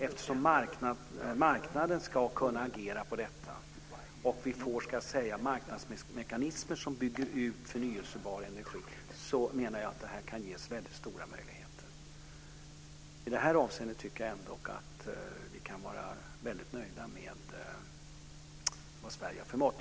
Eftersom marknaden ska kunna agera utifrån detta, och eftersom marknadsmekanismerna gör att den förnybara energin byggs ut, menar jag att det ger väldigt stora möjligheter. I detta avseende tycker jag ändock att vi kan vara väldigt nöjda med vad Sverige har förmått.